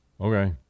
Okay